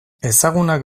ezagunak